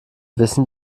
wissen